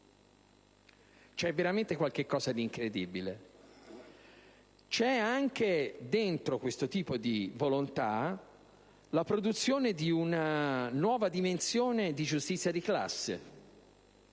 C'è veramente qualcosa di incredibile. Dentro questo tipo di volontà c'è anche la produzione di una nuova dimensione di giustizia di classe.